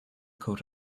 coat